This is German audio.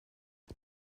den